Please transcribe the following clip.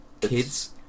kids